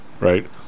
right